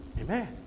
Amen